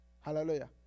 Hallelujah